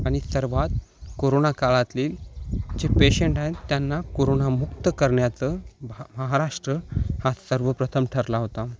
आणि सर्वात कोरोना काळातली जे पेशंट आहेत त्यांना कोरोनामुक्त करण्याचं भा महाराष्ट्र हा सर्वप्रथम ठरला होता